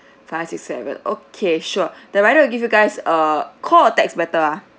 five six seven okay sure the rider will give you guys err call or text better ah